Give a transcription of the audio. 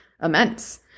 immense